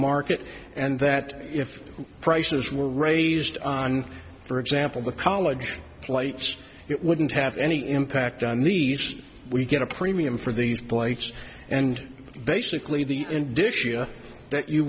market and that if prices were raised for example the college plates it wouldn't have any impact on me we get a premium for these plates and basically the end dishes that you